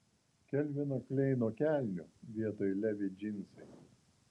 kelvino kleino kelnių vietoj levi džinsai